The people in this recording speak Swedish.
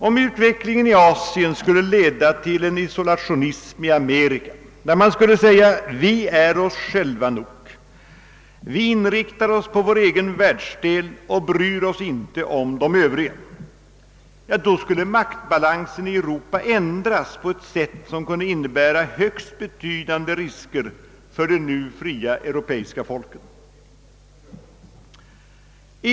Om utvecklingen i Asien skulle leda till en isolationism i Amerika där man skulle säga: »Vi är oss själva nog, vi inriktar oss på vår egen världsdel och bryr oss inte om de övriga», då skulle maktbalansen i Europa ändras på ett sätt som kunde innebära högst betydande risker för de nu fria europeiska folken. Herr talman!